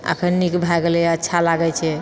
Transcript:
अखन नीक भए गेलैए अच्छा लागै छै